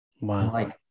Wow